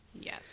Yes